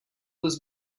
was